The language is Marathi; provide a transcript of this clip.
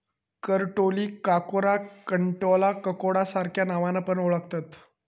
करटोलीक काकोरा, कंटॉला, ककोडा सार्ख्या नावान पण ओळाखतत